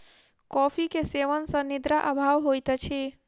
coffee के सेवन सॅ निद्रा अभाव होइत अछि